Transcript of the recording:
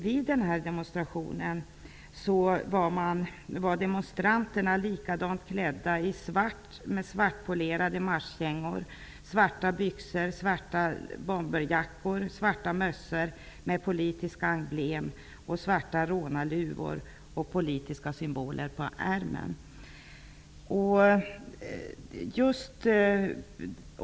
Vid den här demonstrationen var demonstranterna likadant klädda med svartpolerade marschkängor, svarta byxor, svarta bomberjackor, svarta mössor med politiska emblem, svarta rånarluvor och politiska symboler på ärmen.